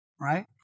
right